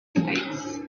states